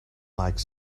like